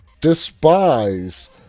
despise